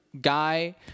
guy